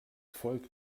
volk